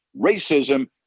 racism